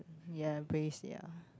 ya base ya